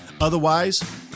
Otherwise